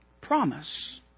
Promise